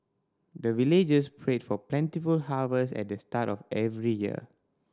the villagers pray for plentiful harvest at the start of every year